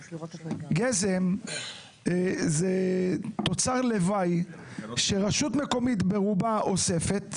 גזם הוא תוצר לוואי שרשות מקומית אוספת את רובו,